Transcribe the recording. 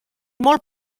molt